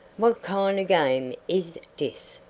what kind of game is dis?